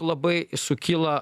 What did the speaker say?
labai sukilo